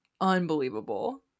unbelievable